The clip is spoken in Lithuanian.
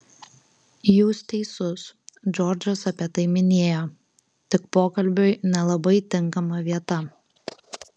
jūs teisus džordžas apie tai minėjo tik pokalbiui nelabai tinkama vieta